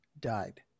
died